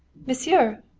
monsieur!